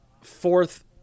fourth